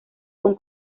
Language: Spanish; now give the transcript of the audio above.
con